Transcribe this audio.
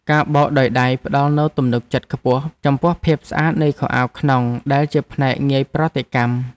ការបោកដោយដៃផ្តល់នូវទំនុកចិត្តខ្ពស់ ចំពោះភាពស្អាតនៃខោអាវក្នុងដែលជាផ្នែកងាយប្រតិកម្ម។